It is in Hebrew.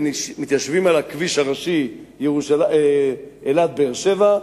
מתיישבים על הכביש הראשי אילת באר-שבע,